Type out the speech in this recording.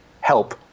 help